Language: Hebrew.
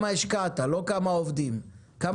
יש לך